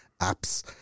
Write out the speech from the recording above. apps